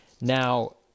Now